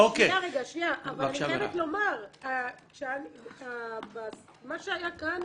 אני חייבת לומר שמה שהיה כאן,